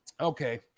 okay